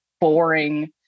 boring